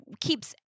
keeps